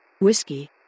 Whiskey